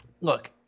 look